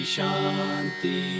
Shanti